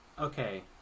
Okay